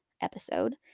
episode